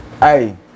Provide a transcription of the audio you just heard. Hey